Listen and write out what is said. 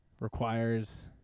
Requires